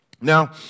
Now